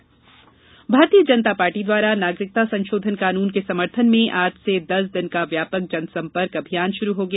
भाजपा जनसंपर्क भारतीय जनता पार्टी नागरिकता संशोधन कानून के समर्थन में आज से दस दिन का व्यापक जनसम्पर्क अभियान शुरू हो गया